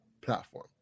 platform